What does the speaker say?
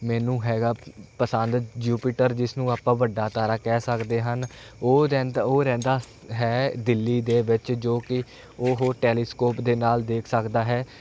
ਮੈਨੂੰ ਹੈਗਾ ਪਸੰਦ ਯੂਪੀਟਰ ਜਿਸ ਨੂੰ ਆਪਾਂ ਵੱਡਾ ਤਾਰਾ ਕਹਿ ਸਕਦੇ ਹਨ ਉਹ ਰਹਿੰਦਾ ਉਹ ਰਹਿੰਦਾ ਹੈ ਦਿੱਲੀ ਦੇ ਵਿੱਚ ਜੋ ਕਿ ਉਹ ਟੈਲੀਸਕੋਪ ਦੇ ਨਾਲ ਦੇਖ ਸਕਦਾ ਹੈ